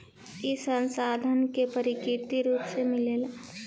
ई संसाधन के प्राकृतिक रुप से मिलेला